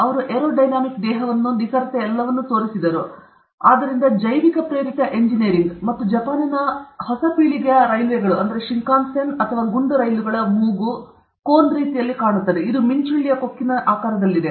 ಅವರು aerodynamic ದೇಹವನ್ನು ನಿಖರತೆ ಎಲ್ಲವನ್ನೂ ತೋರಿಸಿದರು ಆದ್ದರಿಂದ ಇದು ಜೈವಿಕ ಪ್ರೇರಿತ ಎಂಜಿನಿಯರಿಂಗ್ ಮತ್ತು ಜಪಾನಿನ ರೈಲ್ವೆ ಹೊಸ ಪೀಳಿಗೆಯ ಶಿಂಕಾನ್ಸೆನ್ ಅಥವಾ ಗುಂಡು ರೈಲುಗಳ ಮೂಗು ಕೋನ್ ಮೂಲಕ ಒಂದು ರೀತಿಯಲ್ಲಿ ಕಂಡುಹಿಡಿದಿದೆ ಇದು ಮಿಂಚುಳ್ಳಿಯ ಕೊಕ್ಕಿನಂತೆ ಆಕಾರದಲ್ಲಿದೆ